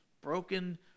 broken